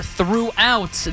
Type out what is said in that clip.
throughout